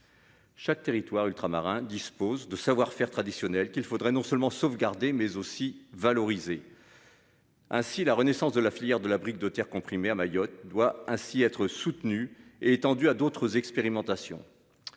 Chaque territoire ultramarin dispose de savoir-faire traditionnels qu'il faudrait non seulement sauvegarder mais aussi valorisé.-- Ainsi la renaissance de la filière de la brique de terre comprimée à Mayotte doit ainsi être soutenu et étendu à d'autres expérimentations.